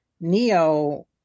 Neo